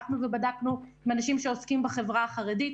הלכנו ובדקנו עם אנשים מהחברה החרדית,